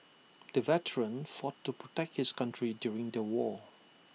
the veteran fought to protect his country during the war